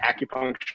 acupuncture